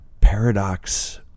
paradox